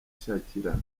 shakira